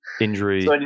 injury